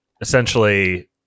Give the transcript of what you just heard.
Essentially